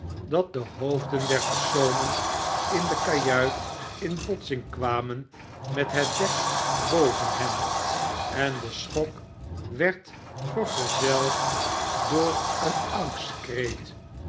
dat de hoofden der personen in de kajuit in botsing kwamen met net dek boven hen en de schok werd vergezeld door een